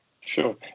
Sure